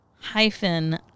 hyphen